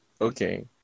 Okay